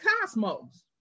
cosmos